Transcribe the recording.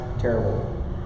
terrible